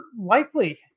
likely